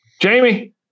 Jamie